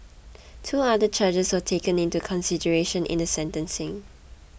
two other charges were taken into consideration in the sentencing